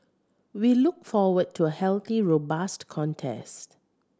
we look forward to a healthy robust contest